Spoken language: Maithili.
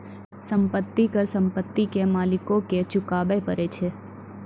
संपत्ति कर संपत्ति के मालिको के चुकाबै परै छै